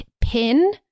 pin